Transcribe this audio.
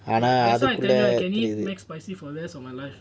that's why I tell you I can eat mac spicy for the rest of my life